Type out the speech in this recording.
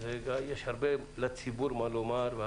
ויש לציבור הרבה מה לומר.